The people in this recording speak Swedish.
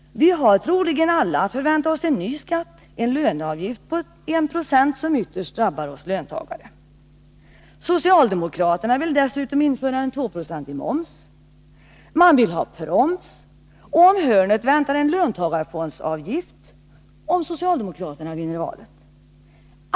Vi har troligen att förvänta oss en ny skatt, en löneavgift på 1 20, som ytterst drabbar oss löntagare. Socialdemokraterna vill dessutom införa en 2-procentig moms. Man vill ha proms, och om hörnet väntar en löntagarfondsavgift, om socialdemokraterna vinner valet.